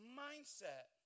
mindset